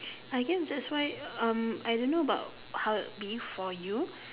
I guess that's why um I don't know about how it'll be for you